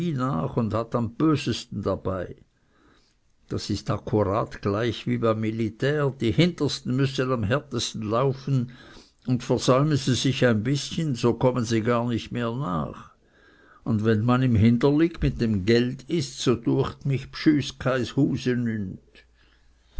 nach und hat am bösten dabei das ist akkurat gleich wie beim militär die hintersten müssen am härtesten laufen und versäumen sie sich ein bißchen so kommen sie gar nicht mehr nach und wenn man im hinderlig mit dem geld ist so düecht mich